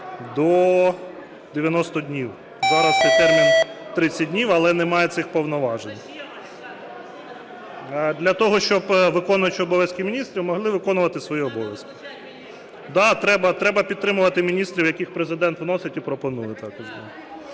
до 90 днів. Зараз цей термін 30 днів, але немає цих повноважень. (Шум у залі) Для того, щоб виконуючі обов'язків міністрів могли виконувати свої обов'язки. (Шум у залі) Так, треба підтримувати міністрів, яких Президент вносить і пропонує